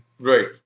right